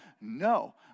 No